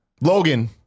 Logan